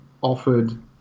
offered